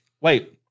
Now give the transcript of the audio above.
Wait